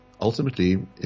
ultimately